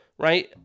Right